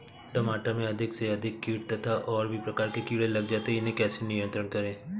टमाटर में अधिक से अधिक कीट तथा और भी प्रकार के कीड़े लग जाते हैं इन्हें कैसे नियंत्रण करें?